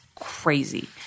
crazy